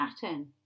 pattern